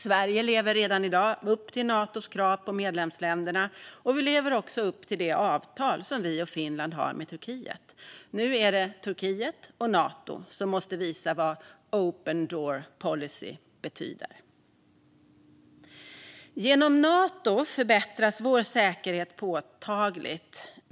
Sverige lever redan i dag upp till Natos krav på medlemsländerna, och vi lever upp till det avtal som vi och Finland har med Turkiet. Nu är det Turkiet och Nato som måste visa vad open door policy betyder. Genom Nato förbättras vår säkerhet påtagligt.